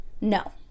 No